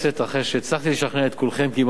אחרי שהצלחתי לשכנע את כולכם כמעט,